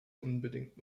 unbedingt